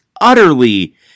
utterly